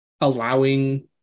allowing